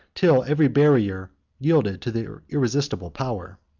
till every barrier yielded to their irresistible power.